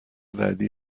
بعدی